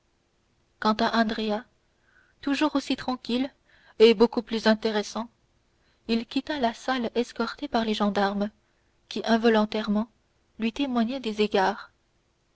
quant à andrea toujours aussi tranquille et beaucoup plus intéressant il quitta la salle escorté par les gendarmes qui involontairement lui témoignaient des égards